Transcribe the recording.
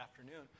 afternoon